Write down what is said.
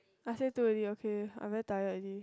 I say two already okay I'm very tired already